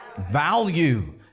value